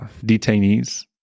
detainees